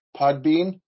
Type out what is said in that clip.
Podbean